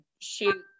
shoot